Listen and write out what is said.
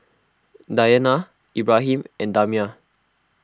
Dayana Ibrahim and Damia